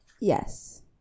Yes